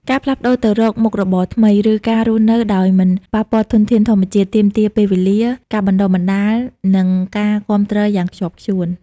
ការផ្លាស់ប្តូរទៅរកមុខរបរថ្មី ឬការរស់នៅដោយមិនប៉ះពាល់ធនធានធម្មជាតិ ទាមទារពេលវេលា ការបណ្តុះបណ្តាល និងការគាំទ្រយ៉ាងខ្ជាប់ខ្ជួន។